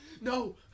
No